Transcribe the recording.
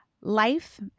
Life